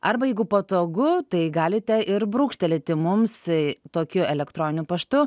arba jeigu patogu tai galite ir brūkštelėti mums tokiu elektroniniu paštu